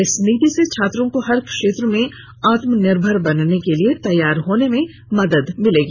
इस नीति से छात्रों को हर क्षेत्र में आत्मनिर्भर बनने के लिए तैयार होनें में मदद मिलेगी